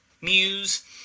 Muse